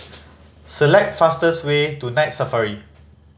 select fastest way to Night Safari